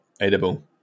edible